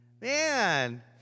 Man